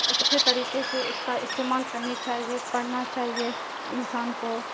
اچھے طریقے سے اس کا استعمال کرنی چاہیے پڑھنا چاہیے انسان کو